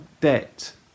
debt